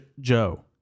Joe